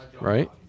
right